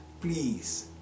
please